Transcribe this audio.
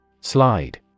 Slide